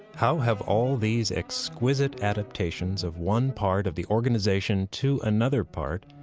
how have all these exquisite adaptations of one part of the organization to another part,